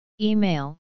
Email